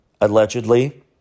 Allegedly